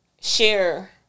share